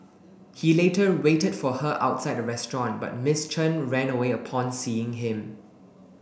he later waited for her outside the restaurant but Miss Chen ran away upon seeing him